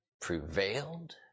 Prevailed